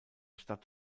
stadt